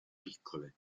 piccole